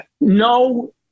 No